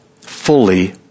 fully